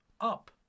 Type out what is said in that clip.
up